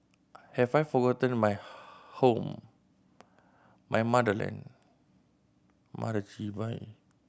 have I forgotten my home my motherland